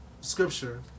scripture